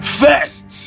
first